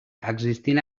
existint